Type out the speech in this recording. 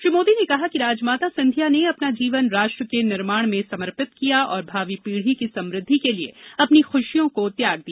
श्री मोदी ने कहा कि राजमाता सिंधिया ने अपना जीवन राष्ट्र के निर्माण में समर्पित किया और भावी पीढी की समृद्धि के लिए अपनी खुशियों को त्याग दिया